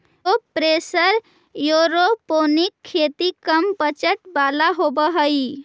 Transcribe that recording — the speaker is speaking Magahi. लो प्रेशर एयरोपोनिक खेती कम बजट वाला होव हई